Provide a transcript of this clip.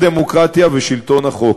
על יציבות הדמוקרטיה ועל שלטון החוק.